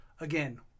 Again